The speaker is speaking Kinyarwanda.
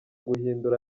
guhindura